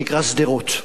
שנקרא: "שדרות".